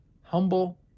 Humble